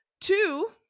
two